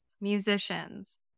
musicians